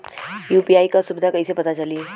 UPI क सुविधा कैसे पता चली?